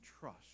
trust